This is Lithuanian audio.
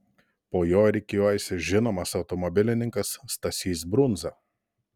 po jo rikiuojasi žinomas automobilininkas stasys brundza